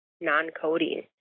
non-coding